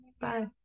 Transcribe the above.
Bye